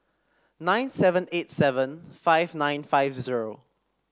nine seven eight seven five nine five zero